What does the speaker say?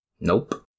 Nope